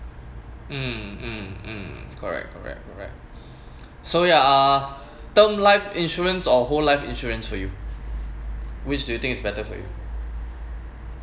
um um um correct correct correct so ya uh term life insurance or whole life insurance for you which do you think is better for you